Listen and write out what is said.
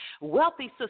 Wealthy